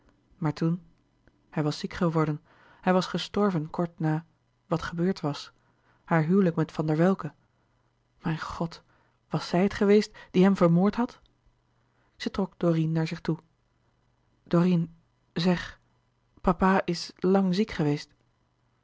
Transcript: maar toen hij was ziek geworden hij was gestorven kort na wat gebeurd was haar huwelijk met van der welcke mijn god was zij het geweest die hem vermoord had zij trok dorine naar zich toe dorine zeg papa is lang ziek geweest